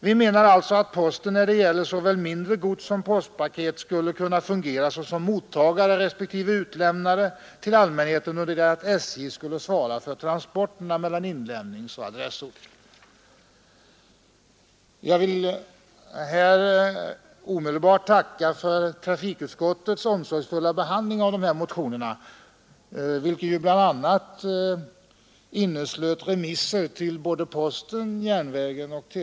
Vi menar alltså att posten, när det gäller såväl mindre gods som postpaket, skulle fungera såsom mottagare från respektive utlämnare till allmänheten under det att SJ skulle svara för transporterna mellan inlämningsort och adressort. Jag vill tacka för trafikutskottets omsorgsfulla behandling av motionen. Bl. a. inhämtades yttranden från postverket, televerket och SJ.